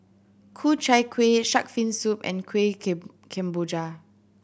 Ku Chai Kuih shark fin soup and kueh kemboja